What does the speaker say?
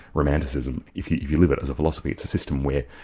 romanticism, if you you live it as a philosophy, it's a system where